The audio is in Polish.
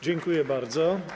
Dziękuję bardzo.